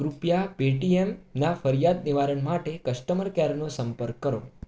કૃપયા પેટીએમના ફરિયાદ નિવારણ માટે કસ્ટમર કેરનો સંપર્ક કરો